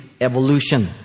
evolution